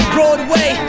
Broadway